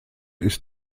ist